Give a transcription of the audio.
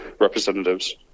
representatives